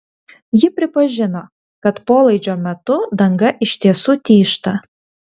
ji pripažino kad polaidžio metu danga iš tiesų tyžta